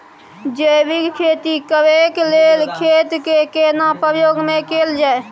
जैविक खेती करेक लैल खेत के केना प्रयोग में कैल जाय?